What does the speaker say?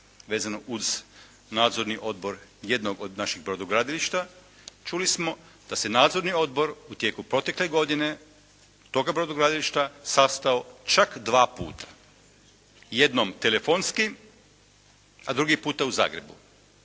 vezano uz Nadzorni odbor jednog od naših brodogradilišta, čuli smo da se Nadzorni odbor u tijeku protekle godine toga brodogradilišta sastao čak dva puta. Jednom telefonski, a drugi puta u Zagrebu.